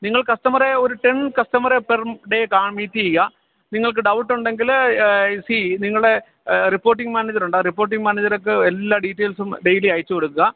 നിങ്ങൾ കസ്റ്റമറെ ഒരു ടെൻ കസ്റ്റമറെ പെർ ഡേ കാ മീറ്റ് ചെയ്യുക നിങ്ങൾക്ക് ഡൗട്ട് ഉണ്ടെങ്കില് സീ നിങ്ങളെ റിപ്പോർട്ടിങ് മാനേജരുണ്ട് ആ റിപ്പോർട്ടിങ് മാനേജർക്ക് എല്ലാ ഡീറ്റെയിൽസും ഡെയിലി അയച്ചുകൊടുക്കുക